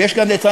ויש גם לציין,